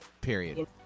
Period